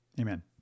Amen